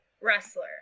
wrestler